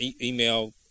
email